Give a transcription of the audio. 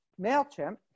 MailChimp